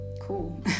cool